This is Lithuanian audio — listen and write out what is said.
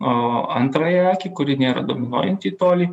o antrąją akį kuri nėra dominuojanti į tolį